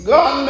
God